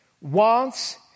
wants